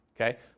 Okay